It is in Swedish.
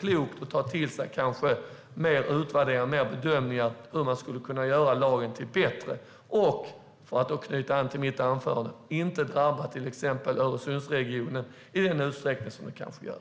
klokt att ta till sig mer utvärderingar och bedömningar om hur man skulle kunna göra lagen bättre, så att den inte - för att knyta an till mitt anförande - drabbar till exempel Öresundsregionen i den utsträckning som har blivit fallet?